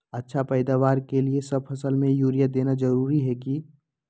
अच्छा पैदावार के लिए सब फसल में यूरिया देना जरुरी है की?